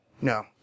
no